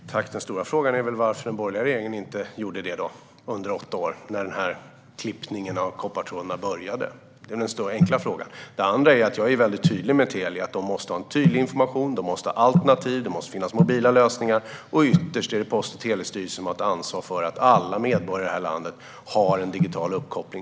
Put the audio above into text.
Fru talman! Den stora frågan är väl varför den borgerliga regeringen inte gjorde det under åtta år när denna klippning av koppartråden började. Det är den enkla frågan. Jag är mycket tydlig mot Telia med att de måste ha en tydlig information, de måste ha alternativ och det måste finnas mobila lösningar. Ytterst är det Post och telestyrelsen som har ett ansvar för att alla medborgare i detta land har en digital uppkoppling.